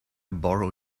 borrow